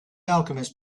alchemist